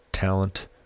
talent